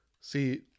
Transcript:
See